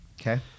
Okay